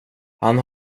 han